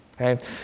Okay